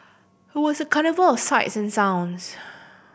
was a carnival of sights and sounds